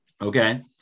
Okay